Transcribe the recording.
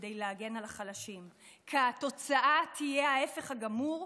כדי להגן על החלשים, כי התוצאה תהיה ההפך הגמור,